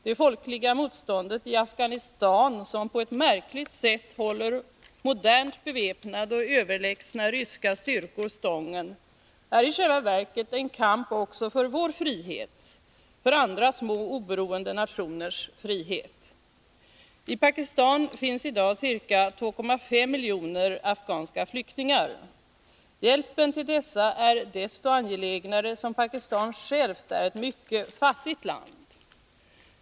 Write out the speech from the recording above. Det folkliga motståndet i Afghanistan — som på ett märkligt sätt håller modernt beväpnade och överlägsna ryska styrkor stången — är i själva verket en kamp också för vår frihet, för andra små, oberoende nationers frihet. I Pakistan finns i dag ca 2,5 miljoner afghanska flyktingar. Hjälpen till dessa är desto angelägnare som Pakistan självt är ett mycket fattigt land.